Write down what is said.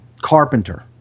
Carpenter